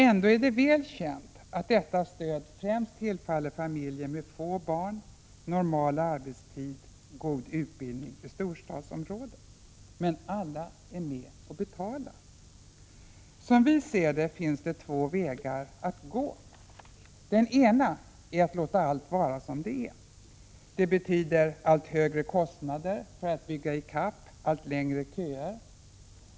Ändå är det väl känt att detta stöd främst tillfaller familjer med få barn, normal arbetstid och god utbildning i storstadsområden. Men alla är med och betalar. Som vi ser det finns två vägar att gå. Den ena är att låta allt vara som det är. Det betyder allt högre kostnader för att bygga i kapp allt längre köer.